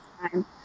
time